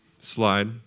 slide